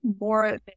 more